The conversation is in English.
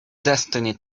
destiny